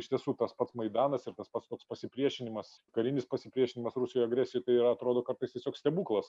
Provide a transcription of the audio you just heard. iš tiesų tas pats maidanas ir tas pats toks pasipriešinimas karinis pasipriešinimas rusijos agresijai tai yra atrodo kartais tiesiog stebuklas